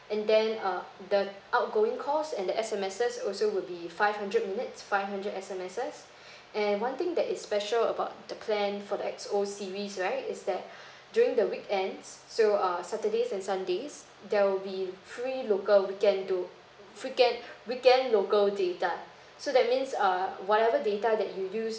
and than uh the outgoing calls and the S_M_S's also will be five hundred minutes five hundred S_M_S's and one thing that is special about the plan for the X O series right is that during the weekends so err saturdays and sundays there will be free local weekend do weekend local data so that means err whatever data that you use